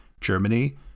Germany